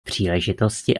příležitosti